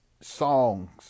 songs